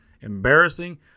embarrassing